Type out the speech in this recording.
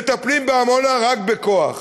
מטפלים בעמונה רק בכוח.